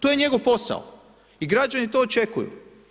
To je njegov posao i građani to očekuju.